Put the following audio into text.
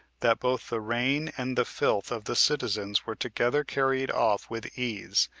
that both the rain and the filth of the citizens were together carried off with ease,